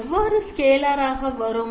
எவ்வாறு scalar ஆக வரும்